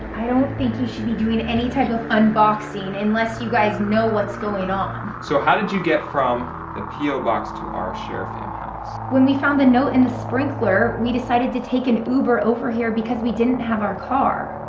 i don't think you should be doing any type of fun and boxing unless you guys know what's going on so how did you get from the p o box to our sharer fam house? when we found the note in the sprinkler we decided to take an uber over here because we didn't have our car.